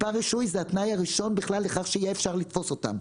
מספר רישוי הוא התנאי הראשון לכך שיהיה אפשר לתפוס אותם.